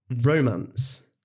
romance